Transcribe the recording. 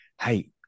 Hey